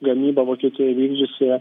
gamyba vokietijoj vykdžiusi